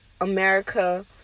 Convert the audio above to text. america